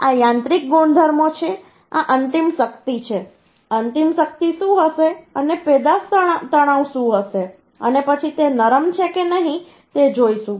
આ યાંત્રિક ગુણધર્મો છે આ અંતિમ શક્તિ છે અંતિમ શક્તિ શું હશે અને પેદાશ તણાવ શું હશે અને પછી તે નરમ છે કે નહીં તે જોઈશું